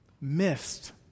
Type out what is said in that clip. missed